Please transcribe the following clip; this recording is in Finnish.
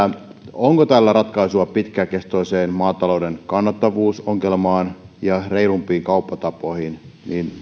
onko tässä ratkaisua pitkäkestoiseen maatalouden kannattavuusongelmaan ja reilumpiin kauppatapoihin